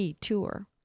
tour